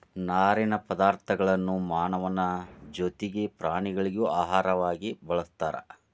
ನಾರಿನ ಪದಾರ್ಥಗಳನ್ನು ಮಾನವನ ಜೊತಿಗೆ ಪ್ರಾಣಿಗಳಿಗೂ ಆಹಾರವಾಗಿ ಬಳಸ್ತಾರ